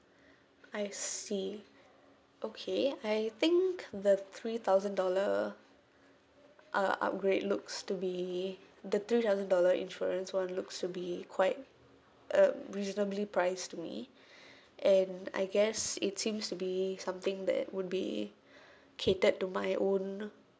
I see okay I think the three thousand dollar uh upgrade looks to be the three thousand dollar insurance one looks to be quite um reasonably priced to me and I guess it seems to be something that would be catered to my own